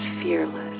fearless